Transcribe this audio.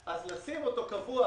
לשים אותו קבוע